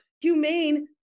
humane